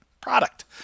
product